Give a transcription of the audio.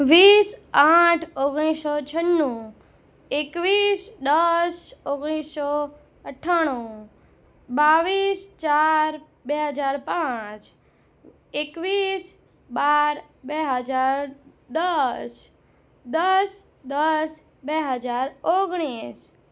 વીસ આઠ ઓગણીસસો છન્નુ એકવીસ દસ ઓગણીસસો અઠ્ઠાણું બાવીસ ચાર બે હજાર પાંચ એકવીસ બાર બે હજાર દસ દસ દસ બે હજાર ઓગણીસ